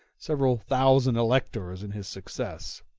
several thousand electors in his success.